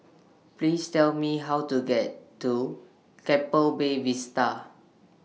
Please Tell Me How to get to Keppel Bay Vista